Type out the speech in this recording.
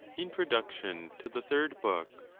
introduction to the third book.